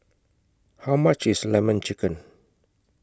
How much IS Lemon Chicken